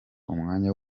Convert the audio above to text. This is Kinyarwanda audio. umwanya